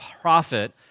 prophet